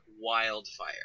wildfire